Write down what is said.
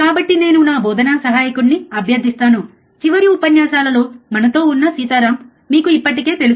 కాబట్టి నేను నా బోధనా సహాయకుడిని అభ్యర్థిస్తాను చివరి ఉపన్యాసాలలో మనతో ఉన్న సీతారాం మీకు ఇప్పటికే తెలుసు